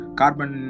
carbon